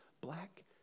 black